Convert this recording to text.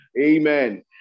Amen